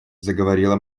заговорила